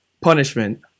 punishment